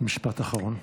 משפט אחרון.